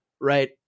right